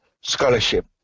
scholarship